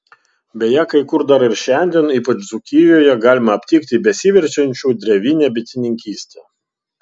beje kai kur dar ir šiandien ypač dzūkijoje galima aptikti besiverčiančių drevine bitininkyste